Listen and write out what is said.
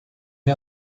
vie